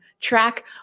track